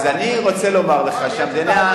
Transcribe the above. אז אני רוצה לומר לך שהמדינה,